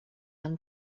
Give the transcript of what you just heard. man